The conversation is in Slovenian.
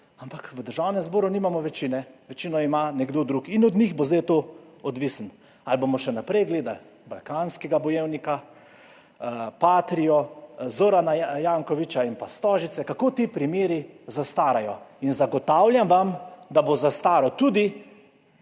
Ampak v Državnem zboru nimamo večine, večino ima nekdo drug, in od njih bo zdaj to odvisno, ali bomo še naprej gledali Balkanskega bojevnika, Patrio, Zorana Jankovića in Stožice, kako ti primeri zastarajo. Zagotavljam vam, da bo zastaral tudi